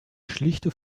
schlichte